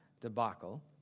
debacle